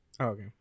Okay